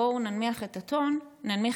בואו ננמיך את הטון",